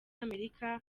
amerika